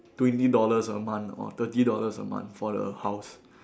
twenty dollars a month or thirty dollars a month for the house